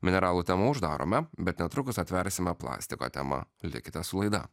mineralų temą uždarome bet netrukus atversime plastiko temą likite su laida